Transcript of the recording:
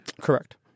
Correct